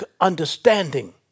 understanding